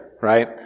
right